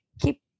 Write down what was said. keep